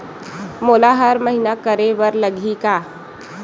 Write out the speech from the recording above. मोला हर महीना करे बर लगही का?